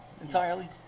entirely